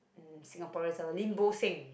Singaporean seller Lim-Bo-Seng